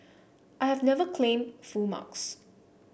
I have never claimed full marks